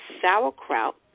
sauerkraut